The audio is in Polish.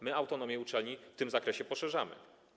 My autonomię uczelni w tym zakresie poszerzamy.